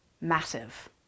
massive